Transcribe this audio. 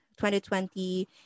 2020